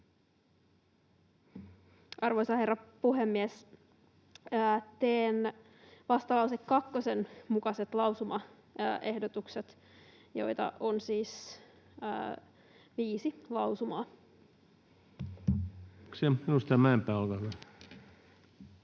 Arvoisa herra puhemies! Teen vastalause 2:n mukaiset lausumaehdotukset, joita on siis viisi lausumaa. Kiitoksia. — Edustaja Mäenpää, olkaa hyvä.